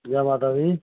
जै माता दी